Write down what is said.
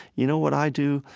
you know what i do,